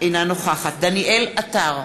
אינה נוכחת דניאל עטר,